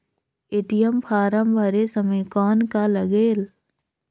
ATM form भरे समय कौन का लगेल?